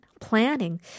planning